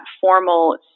formal